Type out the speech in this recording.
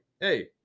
hey